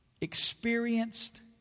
experienced